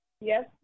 Yes